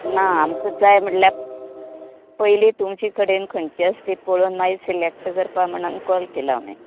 ना आमकां जाय म्हणल्यार पयलीं तुमचे कडेन खंयची आसा ती पळोवन मागीर सिलॅक्ट करपा म्हणन कॉल केला हांवेन